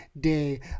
day